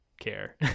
care